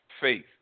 faith